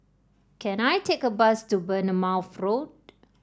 can I take a bus to Bournemouth Road